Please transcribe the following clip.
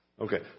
Okay